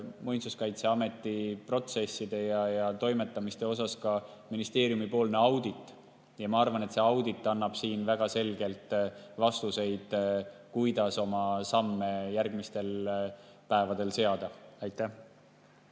Muinsuskaitseameti protsesside ja toimetamiste kohta ministeeriumi audit. Ma arvan, et see audit annab väga selgelt vastuseid, kuidas oma samme järgmistel päevadel seada. Aitäh!